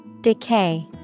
Decay